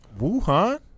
Wuhan